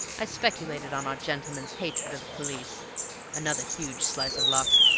i speculated on our gentleman's hatred of the police another huge slice of luck.